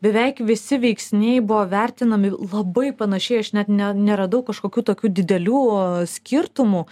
beveik visi veiksniai buvo vertinami labai panašiai aš net ne neradau kažkokių tokių didelių skirtumų